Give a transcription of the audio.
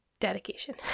dedication